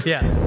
Yes